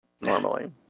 normally